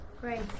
great